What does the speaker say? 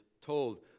told